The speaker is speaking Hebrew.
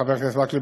חבר הכנסת מקלב,